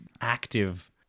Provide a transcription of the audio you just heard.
active